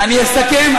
אני אסכם.